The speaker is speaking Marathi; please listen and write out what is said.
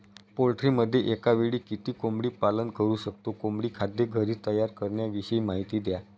पोल्ट्रीमध्ये एकावेळी किती कोंबडी पालन करु शकतो? कोंबडी खाद्य घरी तयार करण्याविषयी माहिती द्या